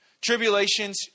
Tribulations